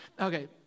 okay